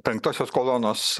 penktosios kolonos